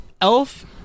Elf